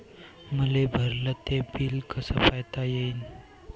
मले भरल ते बिल कस पायता येईन?